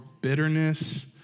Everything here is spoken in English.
bitterness